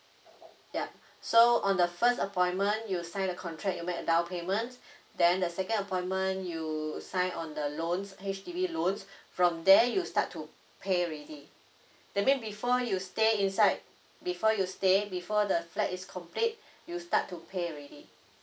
ya so on the first appointment you sign the contract you make a downpayment then the second appointment you sign on the loans H_D_B loans from there you start to pay already that mean before you stay inside before you stay before the flat is complete you start to pay already